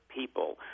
people